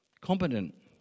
competent